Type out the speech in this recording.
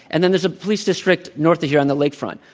and then there's a police district north of here on the lake front.